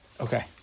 Okay